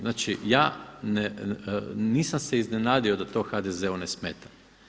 Znači ja, nisam se iznenadio da to HDZ-u ne smeta.